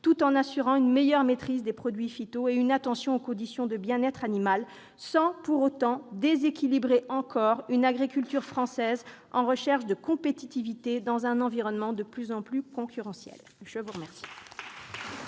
tout en assurant une meilleure maitrise des produits phytopharmaceutiques et une attention aux conditions de bien-être animal, sans pour autant déséquilibrer encore une agriculture française en recherche de compétitivité dans un environnement de plus en plus concurrentiel. La parole